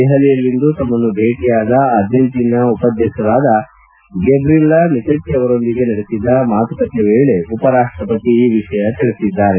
ದೆಹಲಿಯಲ್ಲಿಂದು ತಮ್ಮನ್ನು ಭೇಟಿಯಾದ ಅರ್ಜೈಂಟಿನಾ ಉಪಾಧಕ್ಷರಾದ ಗೇಬ್ರಿಲ್ಲ ಮಿಚೆಟ್ಟಿ ಅವರೊಂದಿಗೆ ನಡೆಸಿದ ಮಾತುಕತೆ ವೇಳೆ ಉಪರಾಷ್ಟಪತಿ ಈ ವಿಷಯ ತಿಳಿಸಿದ್ದಾರೆ